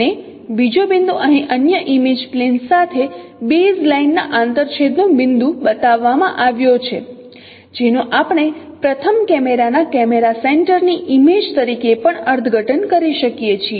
અને બીજો બિંદુ અહીં અન્ય ઈમેજ પ્લેન સાથે બેઝ લાઇન ના આંતરછેદનો બિંદુ બતાવવામાં આવ્યો છે જેનો આપણે પ્રથમ કેમેરાના કેમેરા સેન્ટર ની ઇમેજ તરીકે પણ અર્થઘટન કરી શકીએ છીએ